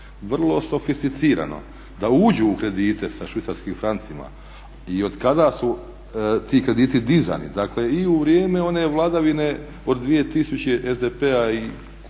vrlo sofisticirano da uđu u kredite sa švicarskim francima i otkada su ti krediti dizani. Dakle, i u vrijeme one vladavine SDP-a i